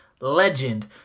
legend